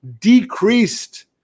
decreased